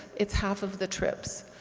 it's half of the trips.